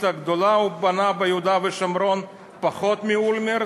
הגדולה הוא בנה ביהודה בשומרון פחות מאולמרט,